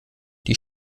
die